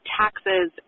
taxes